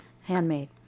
handmade